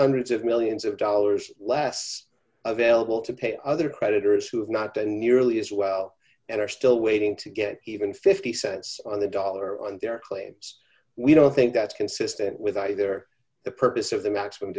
hundreds of millions of dollars less available to pay other creditors who have not been nearly as well and are still waiting to get even zero dollars fifty cents on the dollar on their claims we don't think that's consistent with either the purpose of the maximum